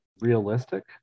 realistic